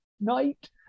night